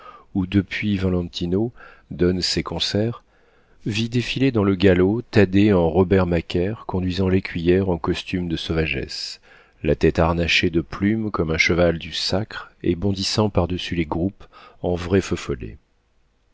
où depuis valentino donne ses concerts vit défiler dans le galop thaddée en robert macaire conduisant l'écuyère en costume de sauvagesse la tête harnachée de plumes comme un cheval du sacre et bondissant par-dessus les groupes en vrai feu